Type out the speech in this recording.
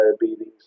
diabetes